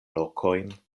lokojn